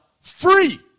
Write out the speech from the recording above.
free